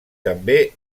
també